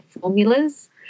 formulas